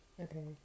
okay